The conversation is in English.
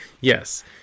Yes